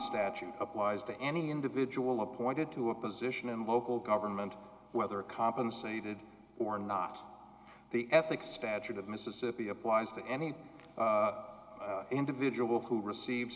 statute applies to any individual appointed to a position in local government whether compensated or not the ethics statute of mississippi applies to any individual who receive